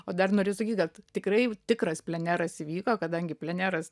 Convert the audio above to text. o dar norėjau sakyti kad tikrai tikras pleneras įvyko kadangi pleneras